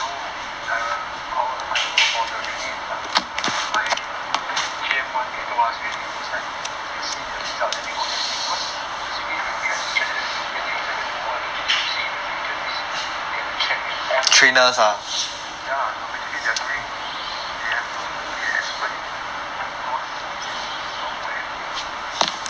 oh the our I don't know for your unit but my G_M [one] they told us really decide they see the result then you go there was basically they will be like teachers at that you know then they will try to do all the tuesday in the future means they have to check and all the work whatever ya so basically they're doing they have to be the expert in those few software everything